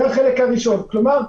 כלומר,